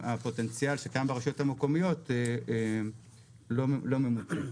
הפוטנציאל שקיים ברשויות המקומיות לא ממומש.